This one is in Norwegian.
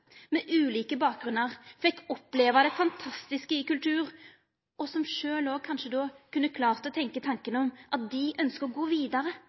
med ulike bakgrunnar, fekk oppleva det fantastiske i kultur – og at dei kanskje sjølve kunne klart å tenkja den tanken at dei ønskjer å gå vidare,